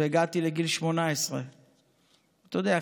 והגעתי לגיל 18. אתה יודע,